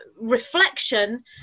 reflection